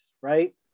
right